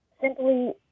simply